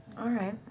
all right.